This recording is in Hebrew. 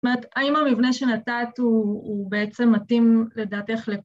‫זאת אומרת, האם המבנה שנתת ‫הוא בעצם מתאים לדעתך ל...